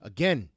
Again